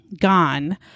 gone